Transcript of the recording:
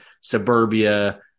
suburbia